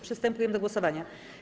Przystępujemy do głosowania.